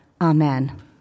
Amen